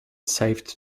saved